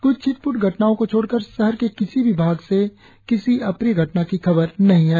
कुछ छिटपुट घटनाओ को छोड़कर शहर के किसी भी भाग से किसी अप्रिय घटना की खबर नही है